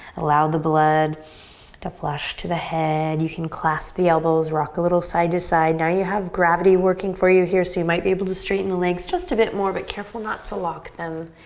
allow the blood to flush to the head. you can claps the elbows, rock a little side to side. now you have gravity working for you here. so you might be able to straighten the legs just a bit more. but careful not to lock them.